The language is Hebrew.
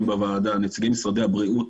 נציגי משרד הבריאות,